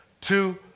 two